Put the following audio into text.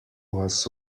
was